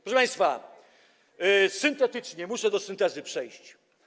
Proszę państwa, syntetycznie, muszę do syntezy przejść.